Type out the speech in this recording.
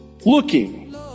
looking